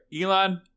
Elon